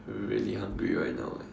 really hungry right now eh